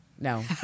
no